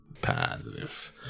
Positive